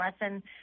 lesson